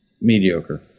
mediocre